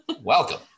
Welcome